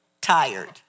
tired